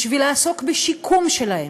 בשביל לעסוק בשיקום שלהם,